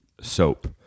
soap